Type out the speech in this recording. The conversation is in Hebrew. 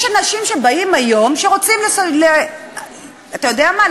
יש אנשים שבאים היום, שרוצים, אתה יודע מה?